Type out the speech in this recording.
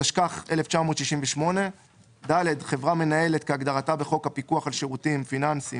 התשכ"ח 1968‏; (ד)חברה מנהלת כהגדרתה בחוק הפיקוח על שירותים פיננסיים